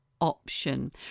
option